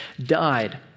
died